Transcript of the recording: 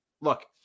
look